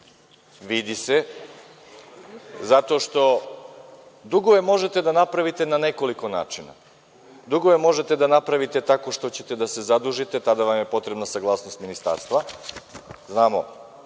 vidi se, zato što dugove možete da napravite na nekoliko načina. Dugove možete da napravite tako što ćete da se zadužite, tada vam je potrebna saglasnost ministarstva,. Znamo